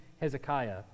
Hezekiah